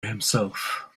himself